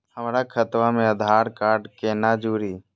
हमर खतवा मे आधार कार्ड केना जुड़ी?